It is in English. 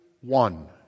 one